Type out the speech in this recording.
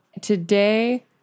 Today